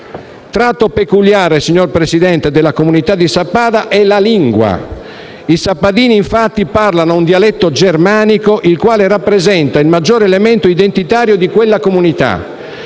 tratto peculiare della comunità di Sappada è la lingua: i sappadini, infatti, parlano un dialetto germanico, il quale rappresenta il maggiore elemento identitario di quella comunità.